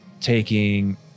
taking